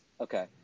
okay